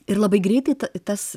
ir labai greitai tas